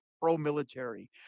pro-military